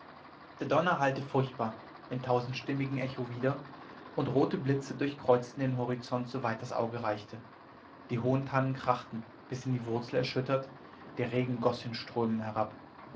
der donner hallte furchtbar im tausendstimmigen echo wider und rote blitze durchkreuzten den horizont soweit das auge reichte die hohen tannen krachten bis in die wurzel erschüttert der regen goß in strömen herab